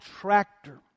tractor